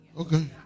Okay